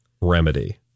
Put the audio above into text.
remedy